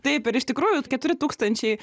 taip ir iš tikrųjų keturi tūkstančiai